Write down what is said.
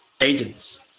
agents